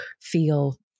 feel